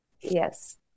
Yes